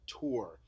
tour